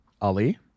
ali